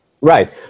Right